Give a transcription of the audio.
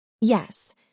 Yes